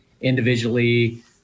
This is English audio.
individually